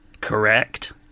Correct